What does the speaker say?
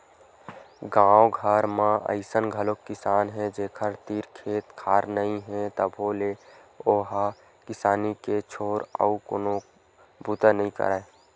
गाँव घर म अइसन घलोक किसान हे जेखर तीर खेत खार नइ हे तभो ले ओ ह किसानी के छोर अउ कोनो बूता नइ करय